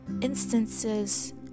instances